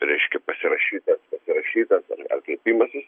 reiškia pasirašytas pasirašytas ar kreipimasis